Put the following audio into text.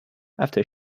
after